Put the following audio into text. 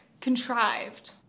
contrived